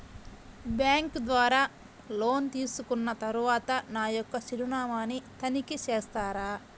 Bank ద్వారా loan తీసుకున్న తరువాత నా యొక్క చిరునామాని తనిఖీ చేస్తారా?